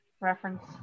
reference